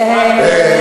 אה,